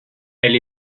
elle